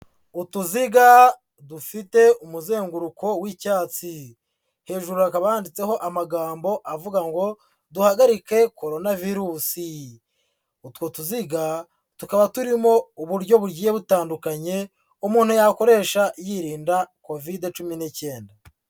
Utuziga dufite umuzenguruko w'icyatsi, hejuru hakaba handitseho amagambo avuga ngo duhagarike Corona Virus, utwo tuziga tukaba turimo uburyo bugiye butandukanye umuntu yakoresha yirinda Kovide cumi n'icyenda.